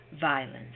violence